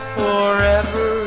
forever